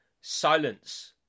Silence